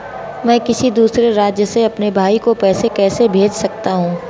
मैं किसी दूसरे राज्य से अपने भाई को पैसे कैसे भेज सकता हूं?